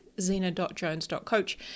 zena.jones.coach